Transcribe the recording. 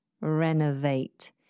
renovate